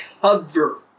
cover